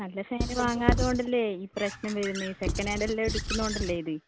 നല്ല ഫാന് വാങ്ങാത്തതുകൊണ്ടല്ലേ ഈ പ്രശ്നം വരുന്നത് സെക്കൻ്റ് ഹാൻ്റെല്ലാം എടുക്കുന്നതുകൊണ്ടല്ലേ ഇത്